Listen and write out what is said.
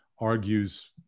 argues